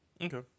Okay